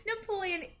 Napoleon